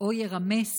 או יירמס